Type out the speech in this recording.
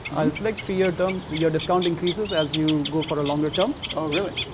i'll select three-year term, your discount increases as you go for a longer term. oh, really?